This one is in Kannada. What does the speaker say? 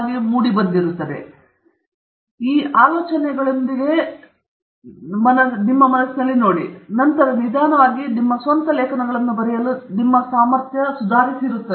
ಆದ್ದರಿಂದ ಈ ವಿಷಯಗಳನ್ನು ಅರ್ಥಮಾಡಿಕೊಳ್ಳುವುದು ಮುಖ್ಯವಾಗಿದೆ ಈ ಆಲೋಚನೆಗಳೊಂದಿಗೆ ಪತ್ರಗಳನ್ನು ಮನಸ್ಸಿನಲ್ಲಿ ನೋಡಿ ತದನಂತರ ನಿಧಾನವಾಗಿ ನಿಮ್ಮ ಸ್ವಂತ ಲೇಖನಗಳನ್ನು ಬರೆಯಲು ನಿಮ್ಮ ಸಾಮರ್ಥ್ಯವನ್ನು ಸುಧಾರಿಸುತ್ತದೆ